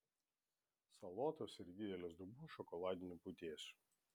salotos ir didelis dubuo šokoladinių putėsių